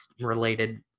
related